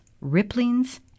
ripplings